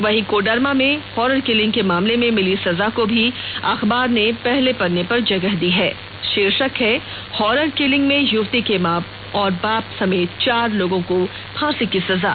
वहीं कोडरमा में horror killing के मामले में मिली सजा को भी अखबार ने पहले पन्ने पर जगह दी है शीर्षक है हॉरर किलिंग में युवती के मां व बाप समेत चार लोगों को फांसी की सजा